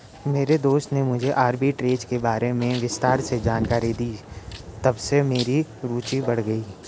मेरे दोस्त ने मुझे आरबी ट्रेज़ के बारे में विस्तार से जानकारी दी तबसे मेरी रूचि बढ़ गयी